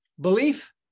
Belief